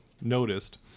noticed